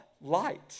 light